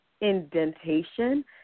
indentation